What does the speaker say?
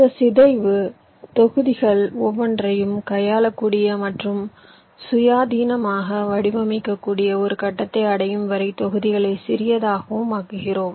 இந்த சிதைவு தொகுதிகள் ஒவ்வொன்றையும் கையாளக்கூடிய மற்றும் சுயாதீனமாக வடிவமைக்கக்கூடிய ஒரு கட்டத்தை அடையும் வரை தொகுதிகளை சிறியதாகவும் ஆக்குகிறோம்